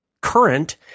current